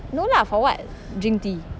no lah for what drink tea